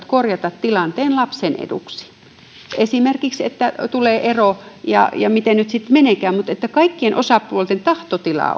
korjata tilanteen lapsen eduksi esimerkiksi jos tulee ero tai miten nyt sitten meneekään ja se olisi kaikkien osapuolten tahtotila